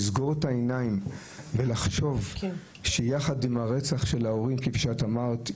לסגור את העיניים ולחשוב שיחד עם הרצח של ההורים כפי שאת אמרת,